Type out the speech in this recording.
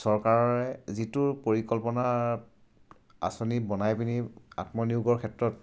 চৰকাৰৰে যিটো পৰিকল্পনা আঁচনি বনাই পিনি আত্মনিয়োগৰ ক্ষেত্ৰত